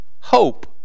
hope